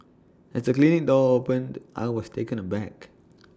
as the clinic door opened I was taken aback